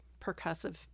Percussive